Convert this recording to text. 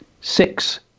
six